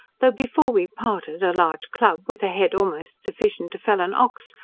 though before we parted, a large club, with a head almost sufficient to fell an ox,